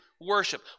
worship